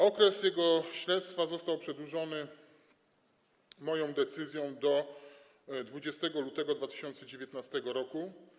Okres tego śledztwa został przedłużony moją decyzją do 20 lutego 2019 r.